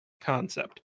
concept